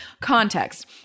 Context